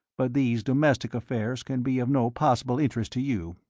but these domestic affairs can be of no possible interest to you.